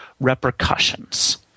repercussions